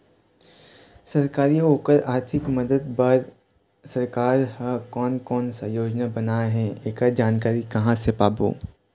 सरकारी अउ ओकर आरथिक मदद बार सरकार हा कोन कौन सा योजना बनाए हे ऐकर जानकारी कहां से पाबो?